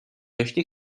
ještě